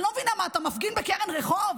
אני לא מבינה, מה, אתה מפגין בקרן רחוב?